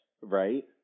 right